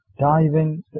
diving